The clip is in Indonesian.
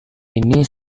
ini